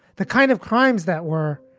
the kind of crimes that were,